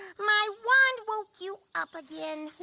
my wand woke you up again.